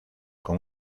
con